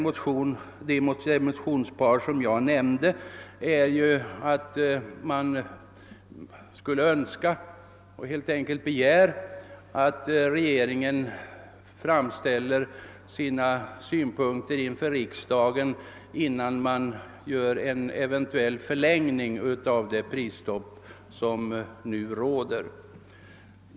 motionspar som jag nämnde är att man begär, att regeringen framför sina synpunkter inför riksdagen, innan man eventuellt förlänger det prisstopp som nu råder.